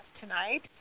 tonight